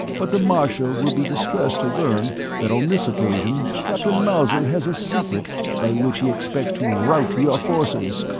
but the marshal will be distressed to learn that on this occasion captain mauser has a secret by which he expects to rout your forces.